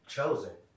Chosen